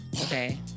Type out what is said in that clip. Okay